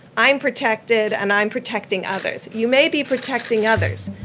i'm protected, and i'm protecting others. you may be protecting others,